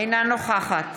אינה נוכחת